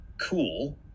cool